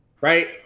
right